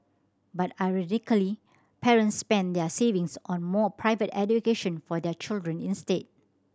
but ironically parents spent their savings on more private education for their children instead